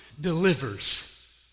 delivers